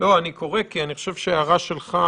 יש שינוי.